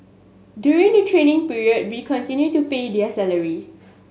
during the training period we continue to pay their salary